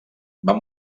van